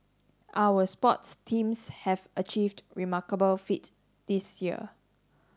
our sports teams have achieved remarkable feat this year